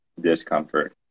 discomfort